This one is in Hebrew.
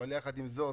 יחד עם זאת,